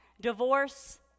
divorce